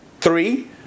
Three